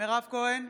מירב כהן,